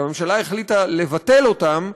שהממשלה החליטה לבטל אותן,